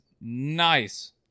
nice